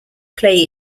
play